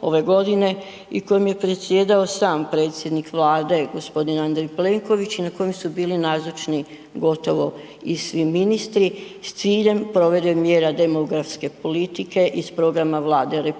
ove godine i kojem je predsjedao sam predsjednik Vlade gospodin Andrej Plenković i na kojem su bili nazočni gotovo i svi ministri s ciljem provedbe mjera demografske politike iz programa Vlade RH